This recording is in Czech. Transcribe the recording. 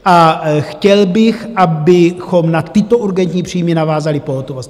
A chtěl bych, abychom na tyto urgentní příjmy navázali pohotovost.